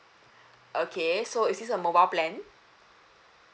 okay so is this a mobile plan